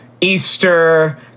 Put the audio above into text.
Easter